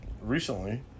recently